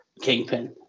Kingpin